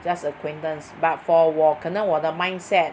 just acquaintance but for 我可能我的 mindset